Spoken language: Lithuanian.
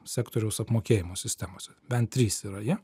sektoriaus apmokėjimo sistemose bent trys yra jo